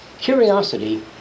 Curiosity